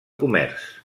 comerç